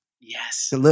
Yes